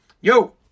Yo